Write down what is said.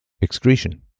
excretion